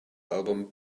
album